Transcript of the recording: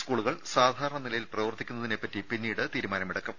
സ്കൂളുകൾ സാധാരണനിലയിൽ പ്രവർത്തിക്കുന്നതിനെ പറ്റി പിന്നീട് തീരുമാനമെടുക്കും